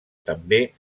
també